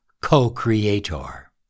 co-creator